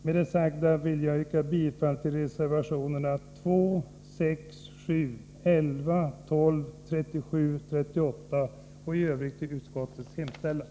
Med det sagda vill jag yrka bifall till reservationerna 2, 6, 7, 11, 12, 37 och 38 samt i övrigt till utskottets hemställan.